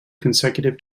consecutive